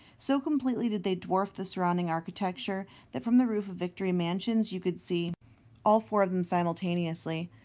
so completely did they dwarf the surrounding architecture that from the roof of victory mansions you could see all four of them simultaneously.